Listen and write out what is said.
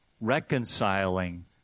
reconciling